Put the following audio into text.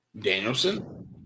Danielson